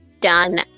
done